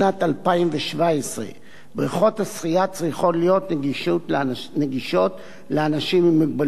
2017 בריכות השחייה צריכות להיות נגישות לאנשים עם מוגבלות.